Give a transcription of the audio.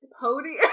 podium